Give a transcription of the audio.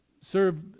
serve